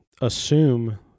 assume